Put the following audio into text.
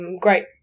great